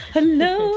Hello